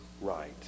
right